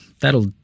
That'll